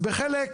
בחלק אחד,